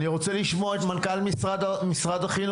אני רוצה לשמוע את מנכ"ל משרד החינוך